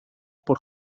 por